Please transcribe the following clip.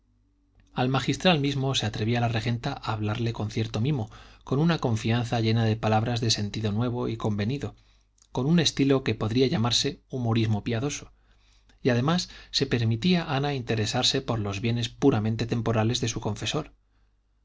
al magistral mismo se atrevía la regenta a hablarle con cierto mimo con una confianza llena de palabras de sentido nuevo y convenido con un estilo que podría llamarse humorismo piadoso y además se permitía ana interesarse por los bienes puramente temporales de su confesor